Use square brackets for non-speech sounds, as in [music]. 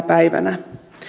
[unintelligible] päivänä